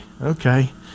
okay